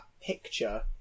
picture